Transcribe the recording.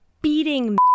beating